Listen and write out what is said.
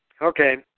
Okay